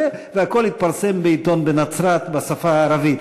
והכול התפרסם בעיתון בנצרת בשפה הערבית.